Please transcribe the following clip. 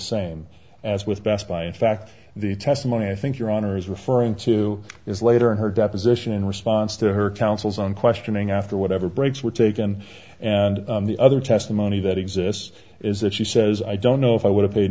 same as with best buy in fact the testimony i think your honor is referring to is later in her deposition in response to her counsel's own questioning after whatever breaks were taken and the other testimony that exists is that she says i don't know if i would have paid